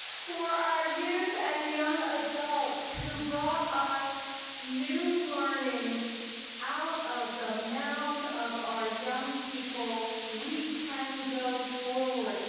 for our youth and young adults who brought us new learnings out of the mouth of our young people, we can go forward.